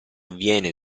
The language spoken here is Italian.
viene